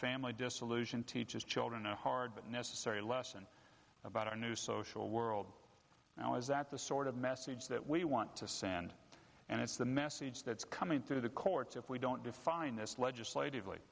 family dissolution teaches children a hard but necessary lesson about our new social world now is that the sort of message that we want to send and it's the message that's coming through the courts if we don't define this legislatively